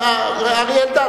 חבר הכנסת אריה אלדד,